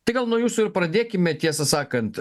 tai gal nuo jūsų ir pradėkime tiesą sakant